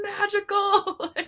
magical